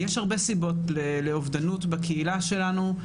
יש הרבה סיבות לאובדנות בקהילה שלנו.